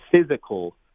physical